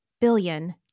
billion